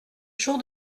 jour